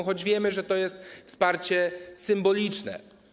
Choć wiemy, że to jest wsparcie symboliczne.